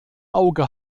auge